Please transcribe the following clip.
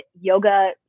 yoga